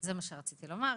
זה מה שרציתי לומר.